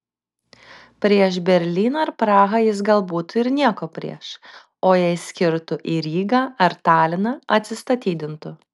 prieš berlyną ar prahą jis gal būtų ir nieko prieš o jei skirtų į rygą ar taliną atsistatydintų